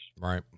Right